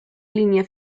línea